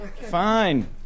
Fine